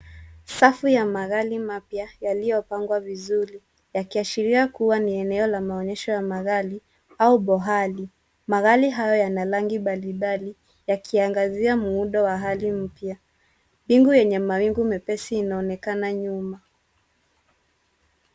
Safu ya magari mapya, yaliyopangwa vizuri, yakiashiria kuwa ni eneo la maonyesho ya magari au bohari. Magari hayo yana rangi mbalimbali, yakiangazia muundo wa hali mpya. Mbingu yenye mawingu mepesi inaonekana nyuma.